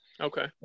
okay